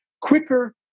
quicker